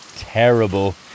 Terrible